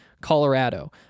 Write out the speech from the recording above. Colorado